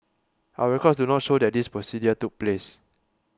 our records do not show that this procedure took place